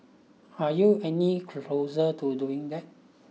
are you any closer to doing that